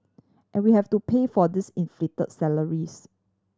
and we have to pay for these inflate salaries